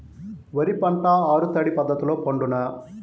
వరి పంట ఆరు తడి పద్ధతిలో పండునా?